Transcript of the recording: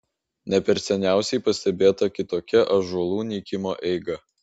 ne per seniausiai pastebėta kitokia ąžuolų nykimo eiga